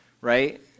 right